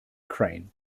crane